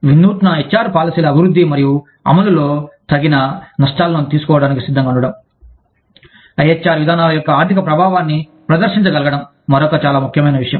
వినూత్న H R పాలసీల అభివృద్ధి మరియు అమలులో తగిన నష్టాలను తీసుకోవడానికి సిద్ధంగా ఉండటం IHR విధానాల యొక్క ఆర్ధిక ప్రభావాన్ని ప్రదర్శించగలగడం మరొక చాలా ముఖ్యమైన విషయం